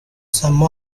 some